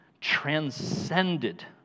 transcended